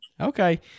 Okay